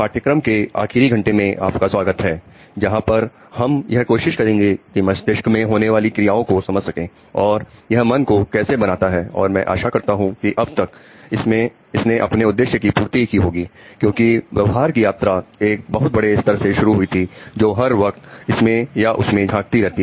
पाठ्यक्रम के आखिरी घंटे में आपका स्वागत है जहां पर हम यह कोशिश करेंगे की मस्तिष्क में होने वाली क्रियाओं को समझ सके और यह मन को कैसे बनाता है और मैं आशा करता हूं कि अब तक इसने अपने उद्देश्य की पूर्ति की होगी क्योंकि व्यवहार की यात्रा एक बहुत बड़े स्तर से शुरू हुई थी जो हर वक्त इसमें या उसमें झांकती रही